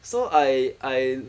so I I